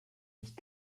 nicht